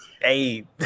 Hey